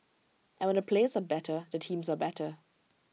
and when the players are better the teams are better